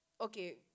okay